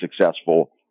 successful